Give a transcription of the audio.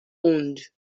owned